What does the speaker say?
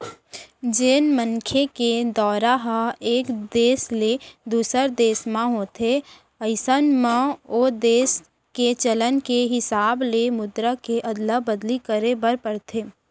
जेन मनखे के दौरा ह एक देस ले दूसर देस म होथे अइसन म ओ देस के चलन के हिसाब ले मुद्रा के अदला बदली करे बर परथे